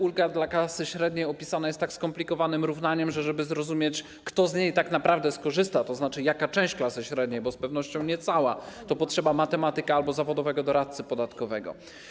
Ulga dla klasy średniej opisana jest tak skomplikowanym równaniem, że żeby zrozumieć, kto z niej tak naprawdę skorzysta, to znaczy jaka część klasy średniej, bo z pewnością nie cała, to potrzeba matematyka albo zawodowego doradcy podatkowego.